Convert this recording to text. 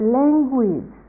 language